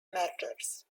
mergers